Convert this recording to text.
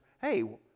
hey